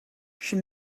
she